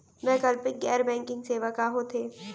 वैकल्पिक गैर बैंकिंग सेवा का होथे?